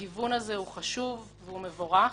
הגיוון הזה הוא חשוב והוא מבורך.